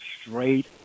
straight